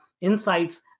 insights